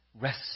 Rest